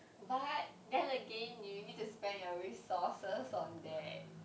but then again you need to spend your resources on there